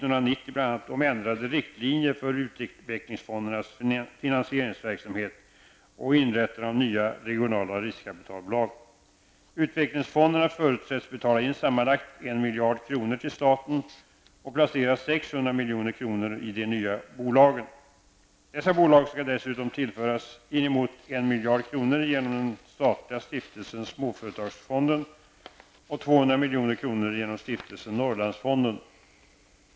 Utvecklingsfonderna förutsätts betala in sammanlagt 1 miljard kronor till staten och placera 600 milj.kr. i de nya bolagen. Dessa bolag skall dessutom tillföras inemot 1 miljard kronor genom den statliga Stiftelsen Småföretagsfonden och 200 milj.kr. genom Stiftelsen Norrlandsfonden.